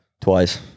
twice